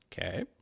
Okay